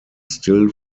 still